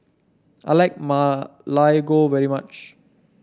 I like Ma Lai Gao very much